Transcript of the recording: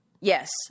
Yes